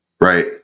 right